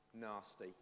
nasty